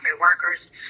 workers